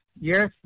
yes